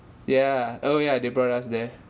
yeah oh yeah they brought us there